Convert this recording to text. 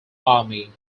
army